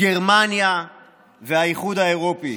גרמניה והאיחוד האירופי.